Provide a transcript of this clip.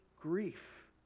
grief